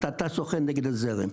אתה שוחה נגד הזרם.